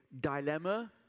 dilemma